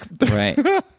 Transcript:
right